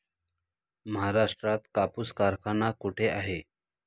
महाराष्ट्रात कापूस कारखाना कुठे आहे?